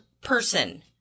person